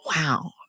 Wow